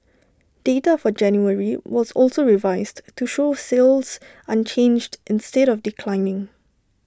data for January was also revised to show sales unchanged instead of declining